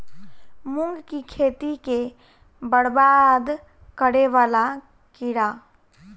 मूंग की खेती केँ बरबाद करे वला कीड़ा?